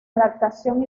adaptación